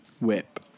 Whip